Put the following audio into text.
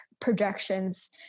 projections